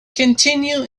continue